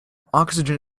oxygen